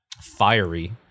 fiery